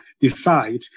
decide